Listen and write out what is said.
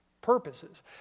purposes